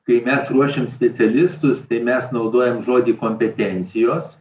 kai mes ruošim specialistus tai mes naudojam žodį kompetencijos